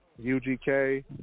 UGK